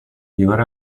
llevar